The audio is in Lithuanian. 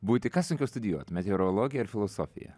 būti ką sunkiau studijuot meteorologiją ar filosofiją